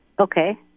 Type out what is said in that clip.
Okay